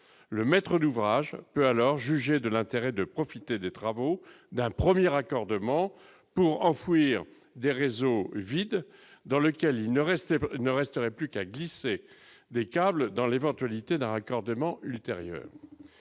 le maître d'ouvrage peut alors juger de l'intérêt de profiter des travaux d'un 1er raccordement pour enfouir des réseaux vide dans lequel il ne restait pas, il ne resterait plus qu'à glisser des câbles dans l'éventualité d'un raccordement ultérieure,